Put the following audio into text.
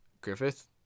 Griffith